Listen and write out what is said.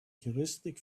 heuristic